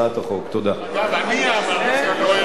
אגב, אני אמרתי את זה, לא הרצל.